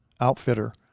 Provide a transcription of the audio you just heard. outfitter